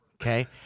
okay